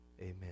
amen